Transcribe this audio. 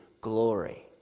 glory